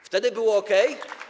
Wtedy było okej.